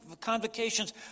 convocations